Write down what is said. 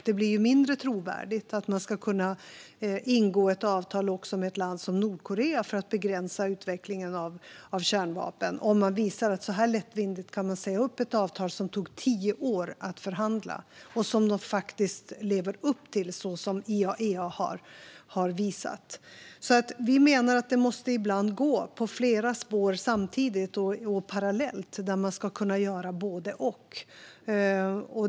Det blir också mindre trovärdigt att ingå ett avtal med ett land som Nordkorea för att begränsa utvecklingen av kärnvapen om man visar att man så här lättvindigt kan säga upp ett avtal som det tog tio år att förhandla fram och som de faktiskt lever upp till, som IAEA har visat. Vi menar att det ibland måste gå på flera spår samtidigt och parallellt. Man ska kunna göra både och.